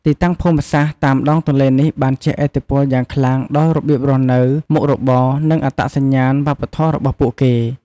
ទីតាំងភូមិសាស្ត្រតាមដងទន្លេនេះបានជះឥទ្ធិពលយ៉ាងខ្លាំងដល់របៀបរស់នៅ មុខរបរ និងអត្តសញ្ញាណវប្បធម៌របស់ពួកគេ។